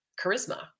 charisma